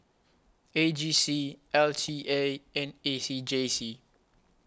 A G C L T A and A C J C